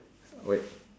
wait